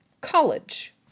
college